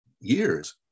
years